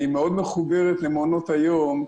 היא מאוד מחוברת למעונות היום,